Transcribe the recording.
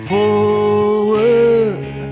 Forward